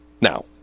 Now